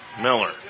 Miller